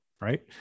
right